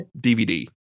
DVD